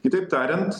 kitaip tariant